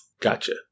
Gotcha